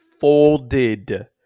folded